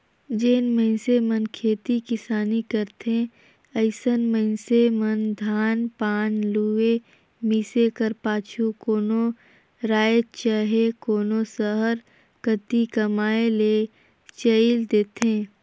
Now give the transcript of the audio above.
जेन मइनसे मन खेती किसानी करथे अइसन मइनसे मन धान पान लुए, मिसे कर पाछू कोनो राएज चहे कोनो सहर कती कमाए ले चइल देथे